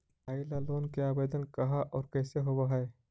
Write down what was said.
पढाई ल लोन के आवेदन कहा औ कैसे होब है?